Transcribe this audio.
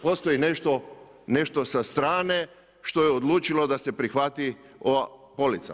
Postoji nešto sa strane što je odlučilo da se prihvati ova polica.